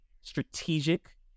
strategic